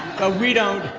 ah we don't